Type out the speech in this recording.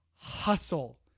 hustle